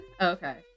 Okay